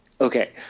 okay